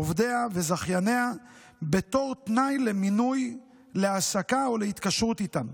עובדיה וזכייניה בתור תנאי למינוי להעסקה או להתקשרות איתם.